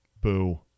Boo